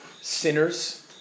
sinners